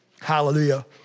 hallelujah